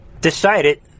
decided